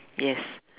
yes